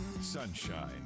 Sunshine